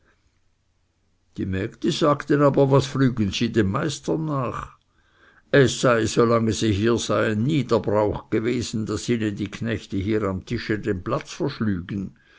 die mägde sagten aber was frügen sie dem meister nach es sei so lange sie hier seien nie der brauch gewesen daß ihnen die knechte hier am tische den platz